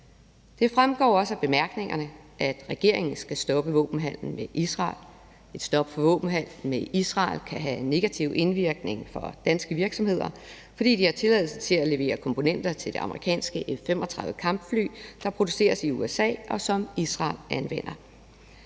Det fremgår også af bemærkningerne, at regeringen skal stoppe våbenhandelen med Israel. Et stop for våbenhandelen med Israel kan have en negativ indvirkning på danske virksomheder, fordi de har tilladelse til at levere komponenter til det amerikanske F-35-kampfly, der produceres i USA, og som Israel anvender.